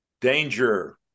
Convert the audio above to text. danger